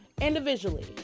individually